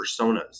personas